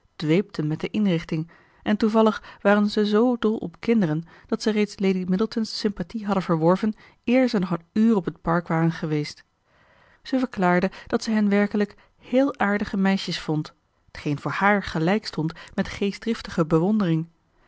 dweepten met de inrichting en toevallig waren ze z dol op kinderen dat ze reeds lady middleton's sympathie hadden verworven eer ze nog een uur op het park waren geweest zij verklaarde dat ze hen werkelijk heel aardige meisjes vond t geen voor haar gelijkstond met geestdriftige bewondering